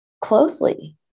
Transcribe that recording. closely